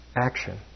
action